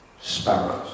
sparrows